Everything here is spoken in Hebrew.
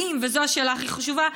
וזו השאלה הכי חשובה,